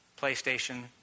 PlayStation